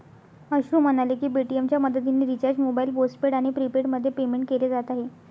अश्रू म्हणाले की पेटीएमच्या मदतीने रिचार्ज मोबाईल पोस्टपेड आणि प्रीपेडमध्ये पेमेंट केले जात आहे